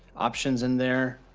options in there,